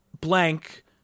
blank